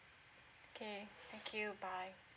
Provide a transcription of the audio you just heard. okay thank you bye